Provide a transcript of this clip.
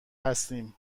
هستیم